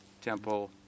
temple